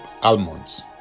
almonds